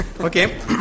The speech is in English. Okay